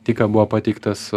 tik ką buvo pateiktas